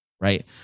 right